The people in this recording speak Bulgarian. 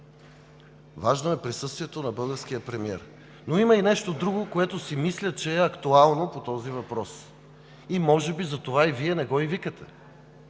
Важно е присъствието на българския премиер. Но има и нещо друго, което си мисля, че е актуално по този въпрос и може би затова и Вие не го викате,